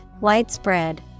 Widespread